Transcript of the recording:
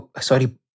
Sorry